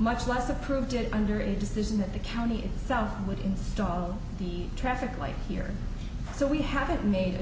much less approved it under a decision that the county itself would install the traffic light here so we haven't made a